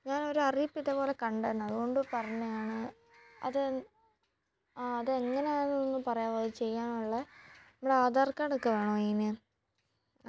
ഞാനൊരു അറിയിപ്പ് ഇതേ പോലെ കണ്ടായിരുന്നു അത് കൊണ്ട് പറഞ്ഞതാണ് അത് ആ അത് എങ്ങനെയാണ് ഒന്ന് പറയാമോ അത് ചെയ്യാനുള്ളത് നമ്മൾ ആ ആധാർ കാർഡ് ഒക്കെ വേണോ അതിന്